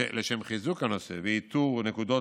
לשם חיזוק הנושא ואיתור נקודות